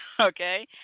Okay